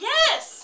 Yes